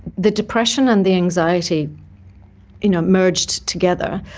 the depression and the anxiety you know merged together.